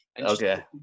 Okay